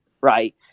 right